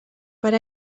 per